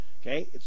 okay